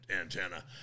antenna